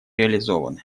реализованы